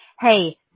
hey